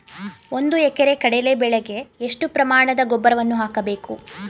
ಒಂದು ಎಕರೆ ಕಡಲೆ ಬೆಳೆಗೆ ಎಷ್ಟು ಪ್ರಮಾಣದ ಗೊಬ್ಬರವನ್ನು ಹಾಕಬೇಕು?